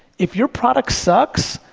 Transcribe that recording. if your product sucks,